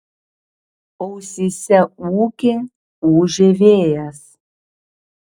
ausyse ūkė ūžė vėjas